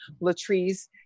Latrice